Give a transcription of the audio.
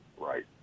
Right